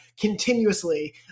continuously